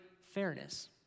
fairness